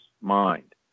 mind